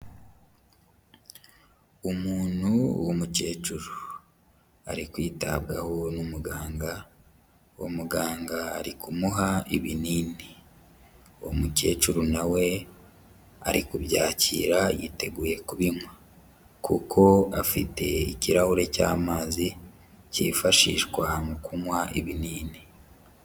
Umuntu w'umukecuru ari kwitabwaho n'umuganga, uwo muganga ari kumuha ibinini. Uwo mukecuru nawe ari kubyakira yiteguye kubinywa. Kuko afite ikirahure cy'amazi cyifashishwa mu kunywa ibinini.